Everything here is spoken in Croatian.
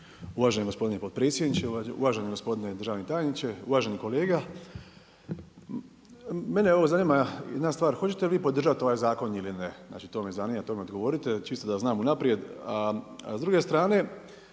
Uvaženi gospodine potpredsjedniče, uvaženi gospodine državni tajniče, uvaženi kolega. Mene ovo zanima jedna stvar hoćete li vi podržati ovaj zakon ili ne? Znači to me zanima, to mi odgovorite čisto da znam unaprijed. A s druge strane,